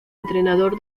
entrenador